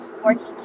working